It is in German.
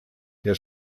der